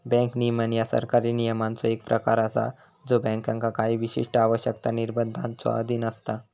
bank नियमन ह्या सरकारी नियमांचो एक प्रकार असा ज्यो बँकांका काही विशिष्ट आवश्यकता, निर्बंधांच्यो अधीन असता